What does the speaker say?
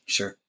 Sure